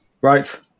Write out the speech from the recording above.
Right